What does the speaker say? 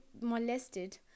molested